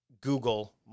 Google